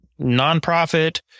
nonprofit